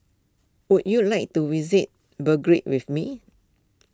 would you like to visit Belgrade with me